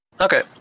Okay